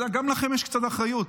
גם לכם יש קצת אחריות.